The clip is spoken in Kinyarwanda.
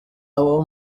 abo